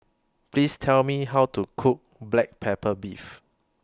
Please Tell Me How to Cook Black Pepper Beef